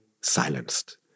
silenced